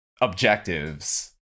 objectives